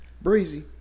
Breezy